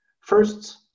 First